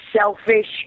selfish